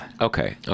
Okay